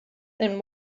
then